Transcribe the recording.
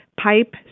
pipe